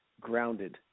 grounded